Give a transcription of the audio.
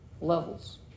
levels